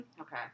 okay